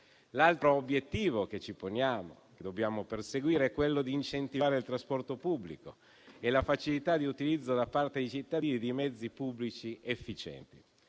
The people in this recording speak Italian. L'altro obiettivo che ci poniamo e che dobbiamo perseguire è quello di incentivare il trasporto pubblico e la facilità di utilizzo, da parte dei cittadini, di mezzi pubblici efficienti.